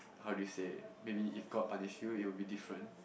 how do you say maybe if god punish you it will be different